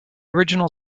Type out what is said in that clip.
original